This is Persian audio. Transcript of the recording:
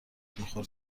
میخورد